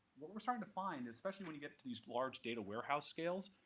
what we're starting to find, especially when you get to these large data warehouse scales,